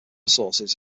sources